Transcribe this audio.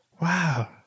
wow